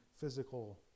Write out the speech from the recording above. physical